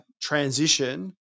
transition